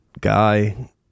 guy